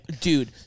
Dude